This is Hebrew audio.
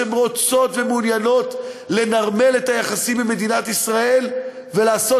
שהן רוצות ומעוניינות לנרמל את היחסים עם מדינת ישראל ולעשות